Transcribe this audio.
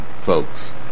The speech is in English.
Folks